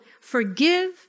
forgive